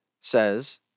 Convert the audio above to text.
says